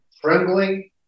trembling